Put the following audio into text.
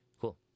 cool